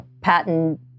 patent